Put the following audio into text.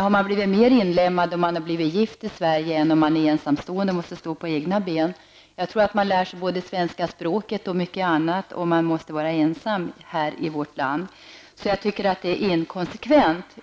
Har man blivit mer inlämmad i det svenska samhället om man är gift i Sverige än om man är ensamstående och måste stå på egna ben? Jag tror att man lär sig både svenska språket och mycket annat lika bra, om man måste vara ensam här i vårt land. Jag tycker att detta är inkonsekvent.